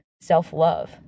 self-love